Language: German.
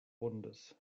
bundes